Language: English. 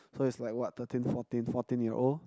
so it's like what thirteen fourteen fourteen year old